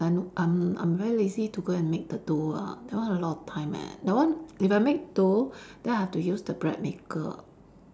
uh no um I'm very lazy to go make and make the dough ah that one a lot of time eh that one if I make dough then I have to use the bread maker